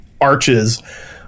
arches